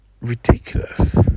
ridiculous